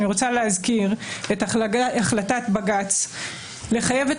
אני רוצה להזכיר את החלטת בג"ץ לחייב את